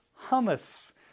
Hummus